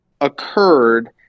occurred